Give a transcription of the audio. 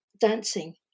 dancing